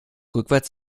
rückwärts